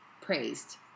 praised